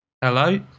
Hello